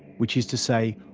which is to say,